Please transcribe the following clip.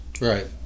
Right